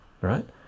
right